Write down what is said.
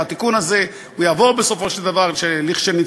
התיקון הזה יעבור בסופו של דבר לכשנתכנס.